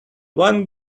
one